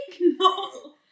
No